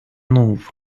move